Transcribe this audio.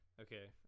okay